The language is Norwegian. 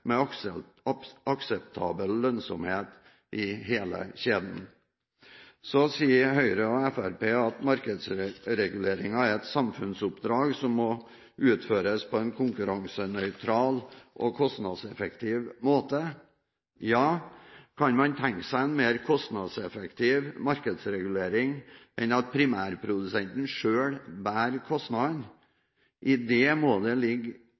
med akseptabel lønnsomhet i hele kjeden. Så sier Høyre og Fremskrittspartiet at markedsreguleringen er et samfunnsoppdrag som må utføres på en konkurransenøytral og kostnadseffektiv måte. Ja, kan man tenke seg en mer kostnadseffektiv markedsregulering enn at primærprodusenten selv bærer kostnadene? I det må det ligge